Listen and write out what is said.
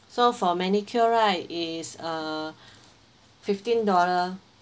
so for manicure right it's uh fifteen dollar